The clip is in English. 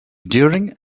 during